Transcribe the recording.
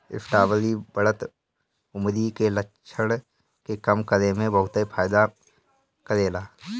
strawberry बढ़त उमिर के लक्षण के कम करे में बहुते फायदा करेला